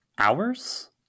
Hours